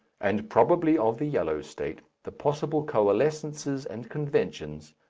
and probably of the yellow state, the possible coalescences and conventions,